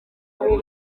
kuri